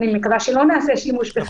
ואני מקווה שלא נעשה שימוש בחריג הדחיפות.